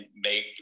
make